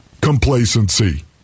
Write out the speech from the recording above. Complacency